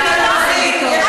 אני לא רוצה להגיע לקרסוליים,